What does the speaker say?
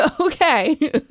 Okay